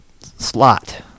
slot